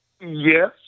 yes